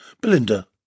Belinda